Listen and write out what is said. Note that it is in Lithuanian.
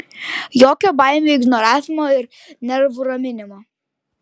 jokio baimių ignoravimo ir nervų raminimo